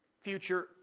future